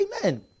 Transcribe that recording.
Amen